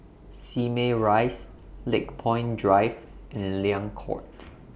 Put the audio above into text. Simei Rise Lakepoint Drive and Liang Court